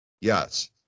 Yes